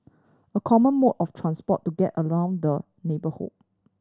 a common mode of transport to get around the neighbourhood